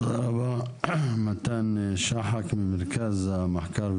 תודה רבה מתן שחק, ממרכז המחקר והמידע.